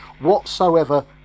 whatsoever